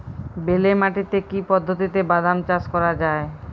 বেলে মাটিতে কি পদ্ধতিতে বাদাম চাষ করা যায়?